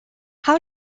how